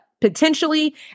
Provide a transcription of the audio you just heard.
potentially